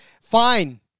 Fine